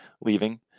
leaving